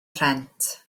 rhent